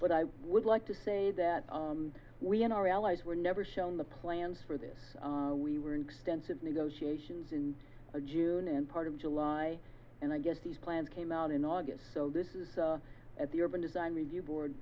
but i would like to say that we and our allies were never shown the plans for this we were in extensive negotiations in june and part of july and i guess these plans came out in august so this is at the urban design review board